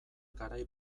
garai